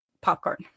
popcorn